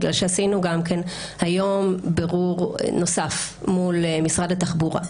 בגלל שעשינו גם כן היום בירור נוסף מול משרד התחבורה.